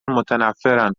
متنفرن